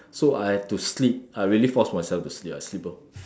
so I have to sleep I really force myself to sleep I sleep lor